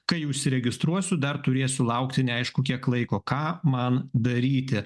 kai užsiregistruosiu dar turėsiu laukti neaišku kiek laiko ką man daryti